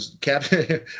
Captain